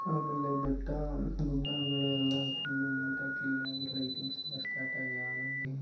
ಆಮೇಲೆ ಬೆಟ್ಟ ಗುಡ್ಡಗಳು ಎಲ್ಲ ಫುಲ್ಲು ನೀಟಾಗಿ ಕ್ಲೀನಾಗಿ ಲೈಟಿಂಗ್ಸ್ ಎಲ್ಲ ಸ್ಟಾರ್ಟ್ ಆಗಿ ಆನ್ ಆಗಿ